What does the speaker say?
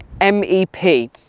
MEP